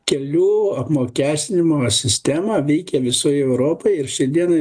kelių apmokestinimo sistema veikia visoj europoj ir šiai dienai